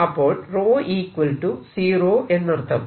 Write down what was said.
അപ്പോൾ 𝜌 0 എന്നർത്ഥം